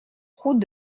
route